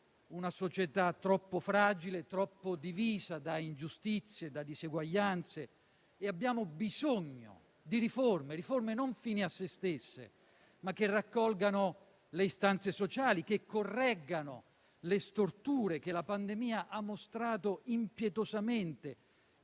una società troppo fragile e troppo divisa da ingiustizie e diseguaglianze. Abbiamo bisogno di riforme, non fini a se stesse, ma che raccolgano le istanze sociali, che correggano le storture che la pandemia ha mostrato impietosamente.